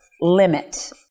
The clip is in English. limit